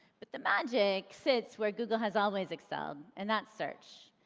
but the magic sits where google has always excelled, and that's search.